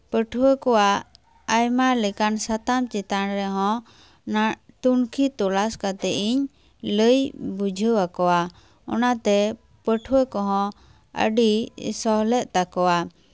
ᱯᱟᱹᱴᱷᱩᱣᱟᱹ ᱠᱚᱣᱟᱜ ᱟᱭᱢᱟ ᱞᱮᱠᱟᱱ ᱥᱟᱛᱟᱢ ᱪᱮᱛᱟᱱ ᱨᱮᱦᱚᱸ ᱱᱟ ᱛᱩᱱᱠᱷᱤ ᱛᱚᱞᱟᱥ ᱠᱟᱛᱮᱜ ᱤᱧ ᱞᱟᱹᱭ ᱵᱩᱡᱷᱟᱹᱣ ᱟᱠᱚᱣᱟ ᱚᱱᱟᱛᱮ ᱯᱟᱹᱴᱷᱩᱣᱟᱹ ᱠᱚᱦᱚᱸ ᱟᱹᱰᱤ ᱥᱚᱦᱞᱮᱜ ᱛᱟᱠᱚᱣᱟ